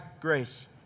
grace